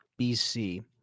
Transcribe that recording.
BC